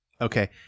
Okay